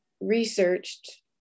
researched